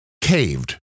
caved